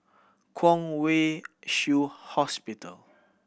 Kwong Wai Shiu Hospital